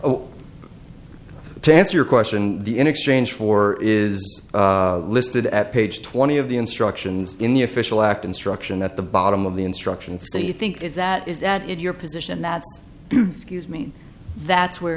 phrase to answer your question the in exchange for is listed at page twenty of the instructions in the official act instruction at the bottom of the instructions so you think is that is that it your position that scuse me that's where